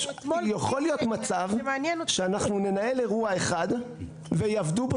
יכול להיות מצב שאנחנו ננהל אירוע אחד ויעבדו בו